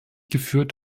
geführt